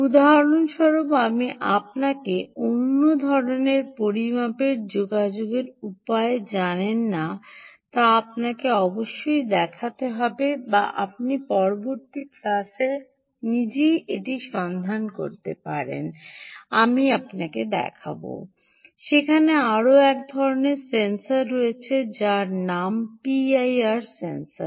উদাহরণস্বরূপ আমি আপনাকে অন্য ধরণের পরিমাপের অ যোগাযোগের উপায় জানেন না তা আপনাকে অবশ্যই দেখাতে হবে বা আপনি পরবর্তী ক্লাসে নিজেই এটি সন্ধান করতে পারেন আমি আপনাকে দেখাবো সেখানে আরও এক ধরণের সেন্সর রয়েছে যার নাম পিআইআর সেন্সর